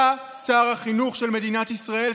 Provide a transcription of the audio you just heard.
אתה שר החינוך של מדינת ישראל,